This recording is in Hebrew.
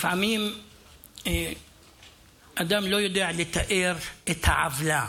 לפעמים אדם לא יודע לתאר את העוולה.